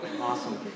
Awesome